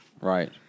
Right